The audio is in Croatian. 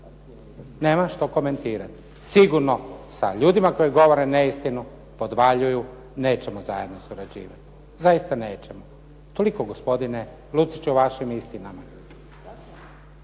nemam što komentirati. Sigurno sa ljudima koji govore neistinu, podvaljuju, nećemo zajedno surađivati. Zaista nećemo. Toliko gospodine Luciću o vašim istinama.